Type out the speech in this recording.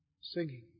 singing